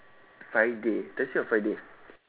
friday thursday or friday